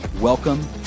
Welcome